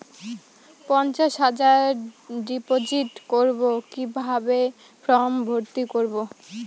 পঞ্চাশ হাজার ডিপোজিট করবো কিভাবে ফর্ম ভর্তি করবো?